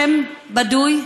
שם בדוי,